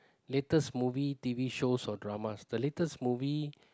latest movie T_V shows or dramas the latest movie